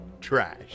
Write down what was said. trash